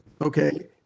okay